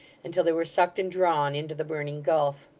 until they were sucked and drawn into the burning gulf.